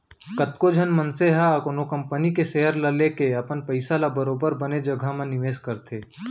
कतको झन मनसे मन ह कोनो कंपनी के सेयर ल लेके अपन पइसा ल बरोबर बने जघा म निवेस करथे